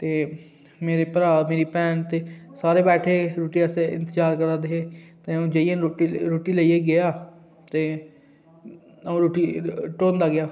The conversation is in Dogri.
ते मेरे भ्राऽ ते मेरी भैन ते सारे बैठे रुट्टी आस्तै ते इंतजार करा दे हे बेहियै रुट्टी लेइयै गेआ ते अं'ऊ रुट्टी ढौंदा गेआ